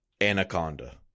Anaconda